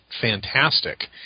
fantastic